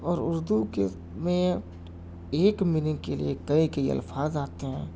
اور اردو کے میں ایک میننگ کے لیے کئی کئی الفاظ آتے ہیں